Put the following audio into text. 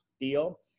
deal